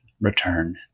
return